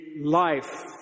life